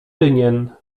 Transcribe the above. rynien